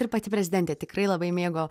ir pati prezidentė tikrai labai mėgo